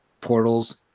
portals